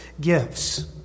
gifts